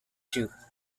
duke